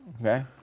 Okay